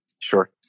Sure